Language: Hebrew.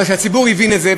אבל כשהציבור הבין את זה,